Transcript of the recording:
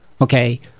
okay